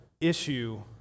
issue